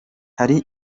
hari